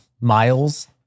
miles